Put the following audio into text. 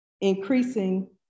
increasing